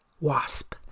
WASP